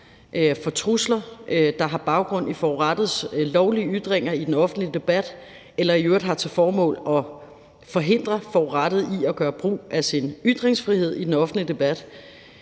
for trusler, der har baggrund i forurettedes lovlige ytringer i den offentlige debat eller i øvrigt har til formål at forhindre forurettede i at gøre brug af sin ytringsfrihed i den offentlige debat.